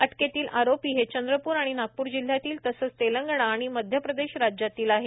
अटकेतील आरोपी हे चंद्रपुर आणि नागपूर जिल्ह्यातील तसेच तेलंगणा आणि मध्यप्रदेश राज्यातील आहेत